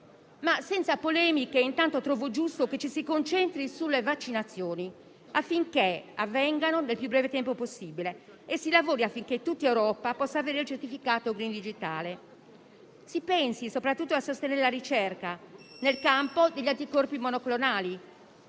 senza polemiche, intanto trovo giusto che ci si concentri sulle vaccinazioni, affinché avvengano nel più breve tempo possibile e si lavori perché in tutta Europa si possa avere il certificato Green digitale. Si pensi, soprattutto, a sostenere la ricerca nel campo degli anticorpi monoclonali.